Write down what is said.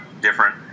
different